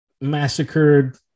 massacred